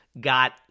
got